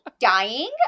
dying